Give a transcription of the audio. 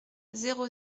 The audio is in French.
zéro